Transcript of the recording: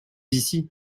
ici